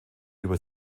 über